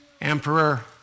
Emperor